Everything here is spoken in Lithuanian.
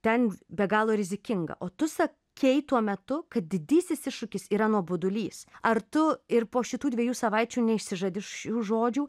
ten be galo rizikinga o tu sakei tuo metu kad didysis iššūkis yra nuobodulys ar tu ir po šitų dviejų savaičių neišsižadi šių žodžių